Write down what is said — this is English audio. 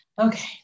okay